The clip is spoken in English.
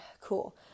cool